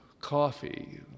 coffee